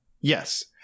yes